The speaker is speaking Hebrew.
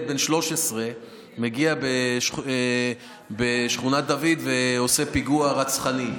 בן 13 מגיע לשכונת דוד ועושה פיגוע רצחני.